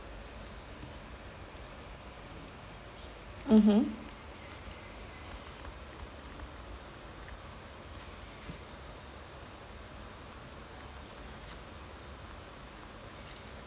mmhmm